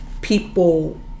people